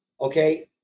okay